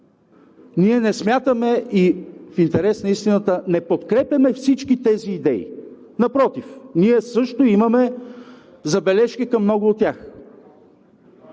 Ние не смятаме и в интерес на истината не подкрепяме всички тези идеи. Напротив, ние също имаме забележки към много от тях.